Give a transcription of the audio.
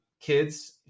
kids